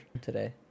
today